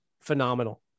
phenomenal